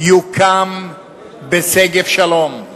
יוקם בשגב-שלום.